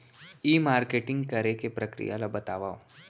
ई marketing करे के प्रक्रिया ला बतावव?